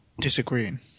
Disagreeing